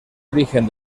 origen